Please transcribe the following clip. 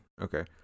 Okay